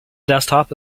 desktop